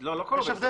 מדובר.